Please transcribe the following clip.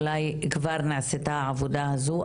אולי כבר נעשתה העבודה הזו,